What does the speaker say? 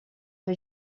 que